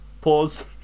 Pause